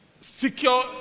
secure